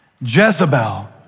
Jezebel